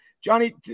Johnny